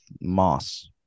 Moss